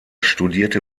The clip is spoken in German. studierte